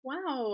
Wow